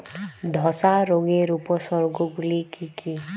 ধসা রোগের উপসর্গগুলি কি কি?